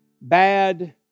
bad